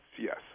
yes